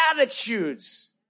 attitudes